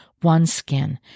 OneSkin